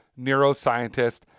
neuroscientist